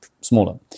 smaller